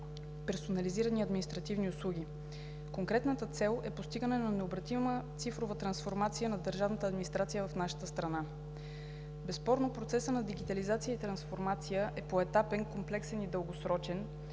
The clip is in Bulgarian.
персонализирани административни услуги. Конкретната цел е постигането на необратима цифрова трансформация на държавната администрация в нашата страна. Безспорно процесът на дигитализация и трансформация е поетапен, комплексен и дългосрочен,